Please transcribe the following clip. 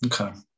Okay